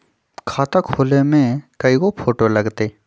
खाता खोले में कइगो फ़ोटो लगतै?